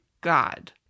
God